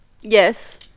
Yes